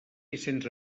vicenç